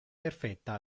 perfetta